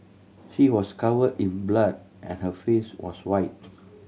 he was covered in blood and her face was white